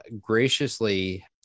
graciously